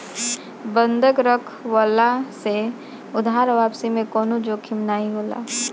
बंधक रखववला से उधार वापसी में कवनो जोखिम नाइ होला